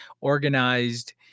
organized